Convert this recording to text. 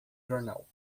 jornal